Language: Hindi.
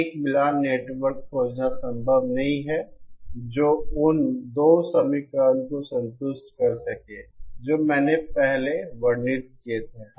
एक मिलान नेटवर्क खोजना संभव नहीं है जो उन 2 समीकरणों को संतुष्ट कर सके जो मैंने पहले वर्णित किए थे